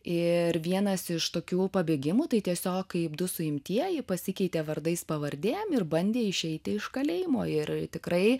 ir vienas iš tokių pabėgimų tai tiesiog kaip du suimtieji pasikeitė vardais pavardėm ir bandė išeiti iš kalėjimo ir tikrai